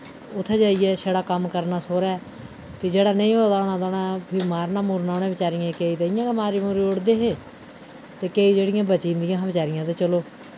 उत्थै जाइयै शड़ा कम्म करना सोह्रै फ्ही जेह्ड़ा नेईं होए दा होना तां उ'नें फ्ही मारना मुरना उ'नें बचारियें केईं ते इ'यां गै मारी मुरी ओड़दे हे ते केईं जेह्ड़ी बची दियां हियां बचारियें ते चलो